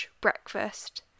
breakfast